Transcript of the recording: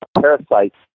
parasites